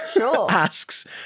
asks